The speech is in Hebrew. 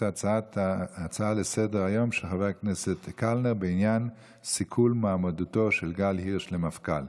ההצעה לסדר-היום בעניין סיכול מועמדותו של גל הירש למפכ"ל.